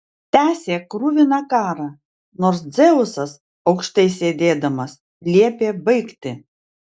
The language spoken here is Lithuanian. tęsė kruviną karą nors dzeusas aukštai sėdėdamas liepė baigti